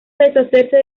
deshacerse